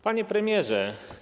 Panie Premierze!